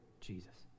Jesus